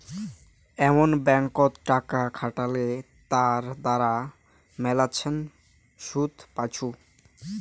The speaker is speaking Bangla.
এমন ব্যাঙ্কত টাকা খাটালে তার দ্বারা মেলাছেন শুধ পাইচুঙ